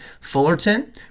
Fullerton